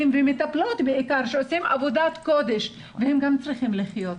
- ומטפלות בעיקר שעושים עבודת קודש וגם הם צריכים לחיות.